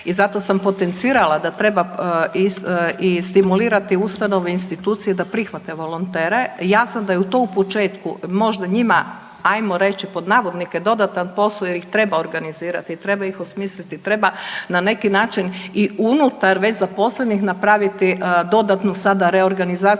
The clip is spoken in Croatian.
i zato sam potencirala da treba i stimulirati ustanove, institucije da prihvate volontere, jasno da je to u početku možda njima, ajmo reći, pod navodnike, dodatan posao jer ih treba organizirati, treba ih osmisliti, treba na neki način i unutar već zaposlenih napraviti dodatno sada reorganizaciju